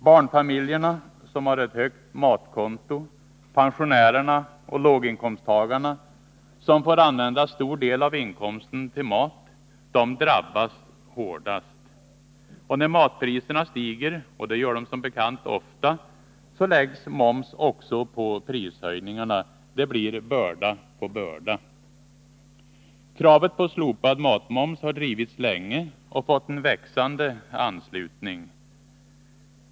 Barnfamiljerna, som ju har ett högt matkonto, pensionärerna och låginkomsttagarna — som får använda stor del av inkomsten till mat — drabbas hårdast. När matpriserna stiger — och det gör de som bekant ofta — så läggs moms också på prishöjningarna. Det blir börda på börda. Kravet på slopad matmoms har drivits länge och fått en växande anslutning.